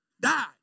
died